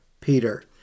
Peter